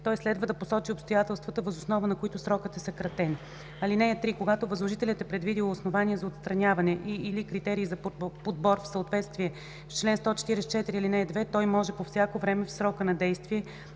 той следва да посочи обстоятелствата, въз основа на които срокът е съкратен. (3) Когато възложителят е предвидил основания за отстраняване и/или критерии за подбор в съответствие с чл. 144, ал. 2, той може по всяко време в срока на действие